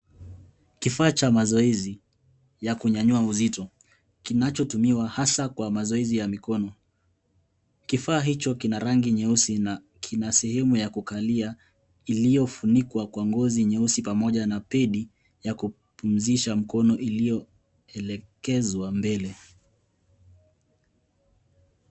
Kifaa cha mazoezi ya kunyanyua uzito kinachotumiwa hasa kwa mazoezi ya mikono . Kifaa hicho kina rangi nyeusi na kina sehemu ya kukalia, iliyofunikwa kwa ngozi nyeusi pamoja na pedi ya kupumzisha mkono iliyoelekezwa mbele.